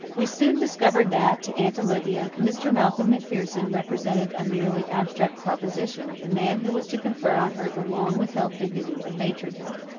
we soon discovered that, to aunt olivia, mr. malcolm macpherson represented a merely abstract proposition the man who was to confer on her the long-withheld dignity of matronhood.